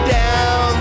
down